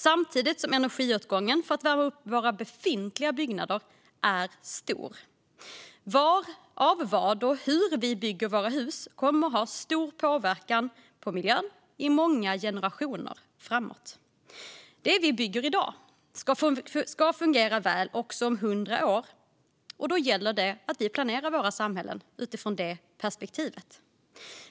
Samtidigt är energiåtgången för att värma upp våra befintliga byggnader stor. Var, av vad och hur vi bygger våra hus kommer att ha stor påverkan på miljön i många generationer framåt. Det vi bygger i dag ska fungera väl också om 100 år. Då gäller det att vi planerar våra samhällen utifrån det perspektivet.